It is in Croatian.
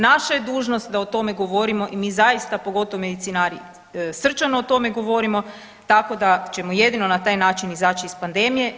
Naša je dužnost da o tome govorimo i mi zaista pogotovo medicinari srčano o tome govorimo, tako da ćemo jedino na taj način izaći iz pandemije.